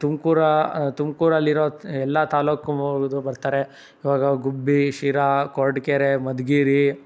ತುಮ್ಕೂರು ತುಮಕೂರಲ್ಲಿರೋ ಎಲ್ಲ ತಾಲೂಕು ಇದು ಬರ್ತಾರೆ ಇವಾಗ ಗುಬ್ಬಿ ಶಿರಾ ಕೊರಟಗೆರೆ ಮಧುಗಿರಿ